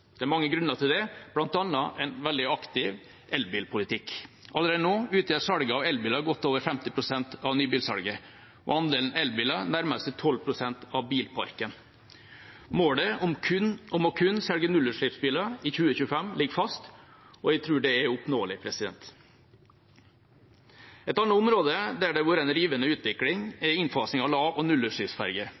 Det er mange grunner til det, bl.a. en veldig aktiv elbilpolitikk. Allerede nå utgjør salget av elbiler godt over 50 pst. av nybilsalget, og andelen elbiler nærmer seg 12 pst. av bilparken. Målet om kun å selge nullutslippsbiler i 2025 ligger fast, og jeg tror det er oppnåelig. Et annet område der det har vært en rivende utvikling, er innfasing av lav- og